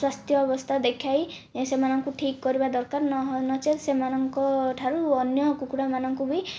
ସ୍ଵାସ୍ଥ୍ୟ ଅବସ୍ଥା ଦେଖାଇ ସେମାନଙ୍କୁ ଠିକ୍ କରିବା ଦରକାର ନଚେତ୍ ସେମାନଙ୍କଠାରୁ ଅନ୍ୟ କୁକୁଡ଼ାମାନଙ୍କୁ ବି